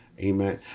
Amen